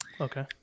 Okay